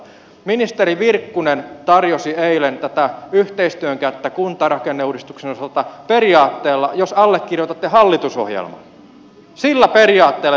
ministeri virkkunen tarjosi eilen tätä yhteistyön kättä kuntarakenneuudistuksen osalta periaatteella jos allekirjoitatte hallitusohjelman sillä periaatteella